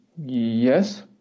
Yes